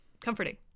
comforting